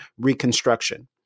Reconstruction